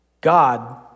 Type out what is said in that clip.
God